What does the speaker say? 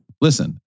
Listen